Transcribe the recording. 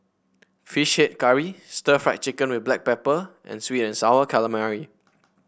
fish head curry Stir Fried Chicken with Black Pepper and sweet and sour calamari